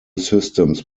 systems